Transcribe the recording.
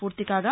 పూర్తి కాగా